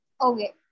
Okay